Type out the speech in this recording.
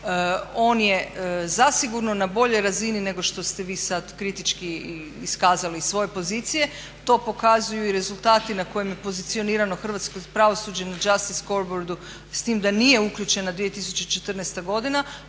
On je zasigurno na boljoj razini nego što ste vi sad kritički iskazali iz svoje pozicije. To pokazuju i rezultati na kojima je pozicionirano hrvatskog pravosuđe na …/Govornica se ne razumije./… s tim da nije uključena 2014. godina,